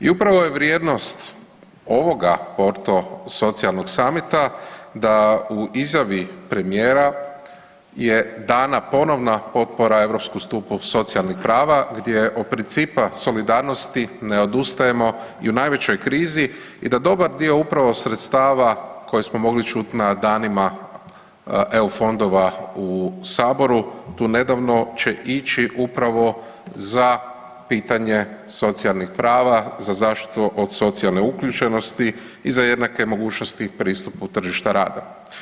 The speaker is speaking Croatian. I upravo je vrijednost ovoga Porto socijalnog samita da u izjavi premijeri je dana ponovna europskom stupu socijalnih prava gdje od principa solidarnosti ne odustajemo i u najvećoj krizi i da dobar dio upravo sredstava koje smo mogli čuti na danima EU fondova u Saboru tu nedavno će ići upravo za pitanje socijalnih prava, za zaštitu od socijalne uključenosti i za jednake mogućnosti pristupu tržišta rada.